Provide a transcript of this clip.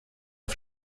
auf